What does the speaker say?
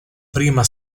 prima